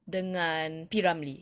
dengan P ramlee